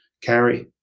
carry